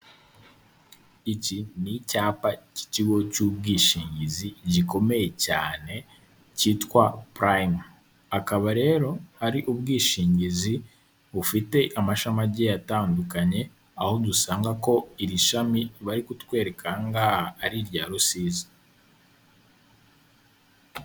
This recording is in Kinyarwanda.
Iki ni icyapa cy'ikigo cy'ubwishingizi gikomeye cyane kitwa Purayimu. Akaba rero ari ubwishingizi bufite amashami agiye yatandukanye, aho dusanga ko iri shami bari kutwereka aha ngaha ari irya Rusizi.